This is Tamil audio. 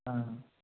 ஆ